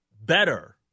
better